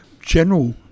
general